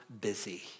busy